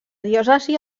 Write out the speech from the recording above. diòcesi